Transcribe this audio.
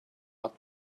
but